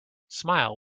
smile